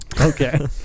Okay